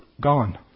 gone